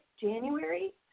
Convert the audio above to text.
January